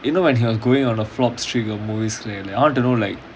you know when he was going on a flops trip of movies right I want to know like